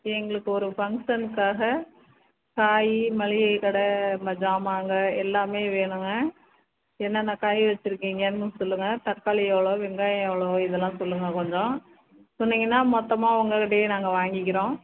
எங்களுக்கு ஒரு ஃபங்ஷன்காக காய் மளிகைக் கடை ம சாமாங்க எல்லாமே வேணுங்க என்னான்னா காய் வச்சிருக்கீங்கனு சொல்லுங்கள் தக்காளி எவ்வளோ வெங்காயம் எவ்வளோ இதெல்லாம் சொல்லுங்கள் கொஞ்சம் சொன்னீங்கன்னால் மொத்தமாக உங்கள்கிட்டையே நாங்கள் வாங்கிக்கிறோம்